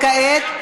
וכעת,